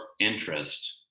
interest